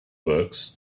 books